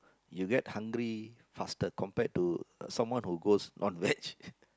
you get hungry faster compared to someone who go non veg